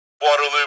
Waterloo